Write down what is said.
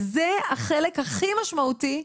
וזה החלק הכי משמעותי,